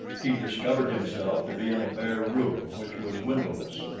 he discovered himself to be in a bare room which was windowless,